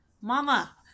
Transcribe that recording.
Mama